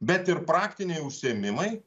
bet ir praktiniai užsiėmimai